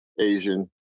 Asian